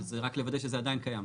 אז רק לוודא שזה עדיין קיים.